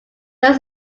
are